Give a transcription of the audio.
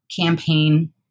campaign